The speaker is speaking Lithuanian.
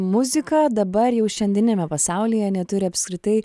muzika dabar jau šiandieniniame pasaulyje neturi apskritai